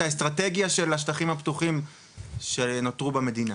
האסטרטגיה של השטחים הפתוחים שנותרו במדינה.